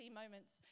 moments